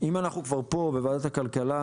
אם אנחנו כבר פה, בוועדת הכלכלה,